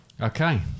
Okay